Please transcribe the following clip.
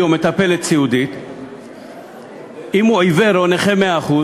או מטפלת סיעודית אם הוא עיוור 100%,